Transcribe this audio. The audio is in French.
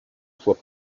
soit